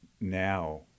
now